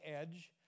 edge